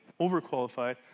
overqualified